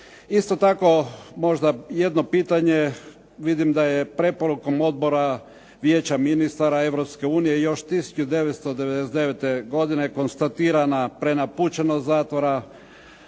Isto tako, možda jedno pitanje, vidim da je preporukom Odbora vijeća ministara Europske unije još 1999. godine konstatirana prenapučenost zatvora,